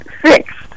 fixed